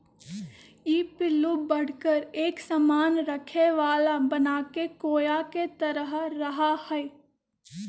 ई पिल्लू बढ़कर एक सामान रखे वाला बनाके कोया के तरह रहा हई